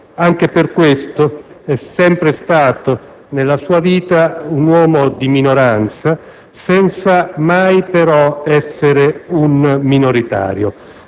Anche per questo è sempre stato nella sua vita un uomo di minoranza senza mai, però, essere un minoritario.